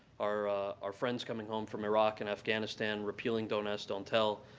our our friends coming home from iraq and afghanistan, repealing don't ask, don't tell,